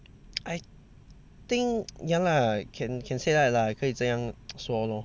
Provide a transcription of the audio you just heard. I think ya lah can can say that lah 可以这样说 lor